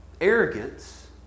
arrogance